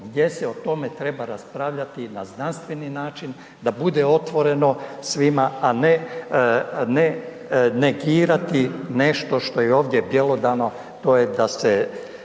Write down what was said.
gdje se o tome treba raspravljati na znanstveni način da bude otvoreno svima, a ne, a ne negirati nešto što je ovdje bjelodano, to je da se